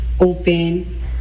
open